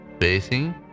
facing